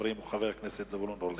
הדובר האחרון הוא חבר הכנסת זבולון אורלב.